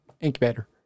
incubator